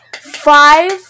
Five